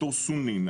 ד"ר סונין,